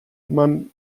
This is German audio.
man